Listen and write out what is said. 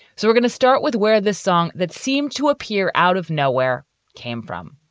so we're gonna start with where the song that seemed to appear out of nowhere came from.